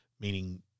meaning